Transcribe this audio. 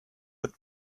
but